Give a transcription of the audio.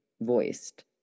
voiced